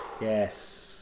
Yes